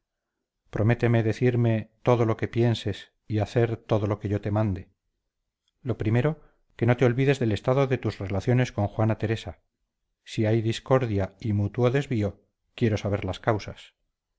prométeme decirme todo lo que pienses y hacer todo lo que yo te mande lo primero que no te olvides del estado de tus relaciones con juana teresa si hay discordia y mutuo desvío quiero saber las causas